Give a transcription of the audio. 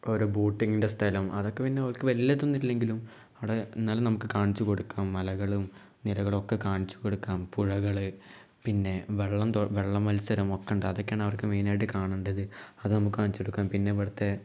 ഓരോ ബോട്ടിങ്ങിൻ്റെ സ്ഥലം അതൊക്കെ പിന്നവർക്ക് വലിയ ഇതൊന്നും ഇല്ലെങ്കിലും അവിടെ എന്നാലും നമുക്ക് കാണിച്ചുകൊടുക്കാം മലകളും നിരകളുവൊക്കെ കാണിച്ചുകൊടുക്കാം പുഴകള് പിന്നേ വെള്ളം തോ വെള്ള മത്സരം ഒക്കെ ഉണ്ട് അതൊക്കെയാണ് അവർക്ക് മെയിനായിട്ട് കാണണ്ടത് അത് നമുക്ക് കാണിച്ച് കൊടുക്കാം പിന്നെ ഇവിടുത്തെ